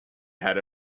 had